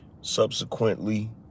Subsequently